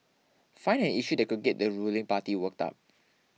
find an issue that could get the ruling party worked up